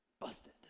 busted